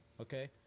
okay